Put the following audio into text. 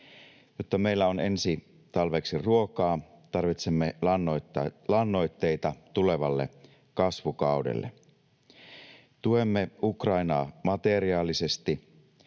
Jotta meillä on ensi talveksi ruokaa, tarvitsemme lannoitteita tulevalle kasvukaudelle. Tuemme Ukrainaa materiaalisesti.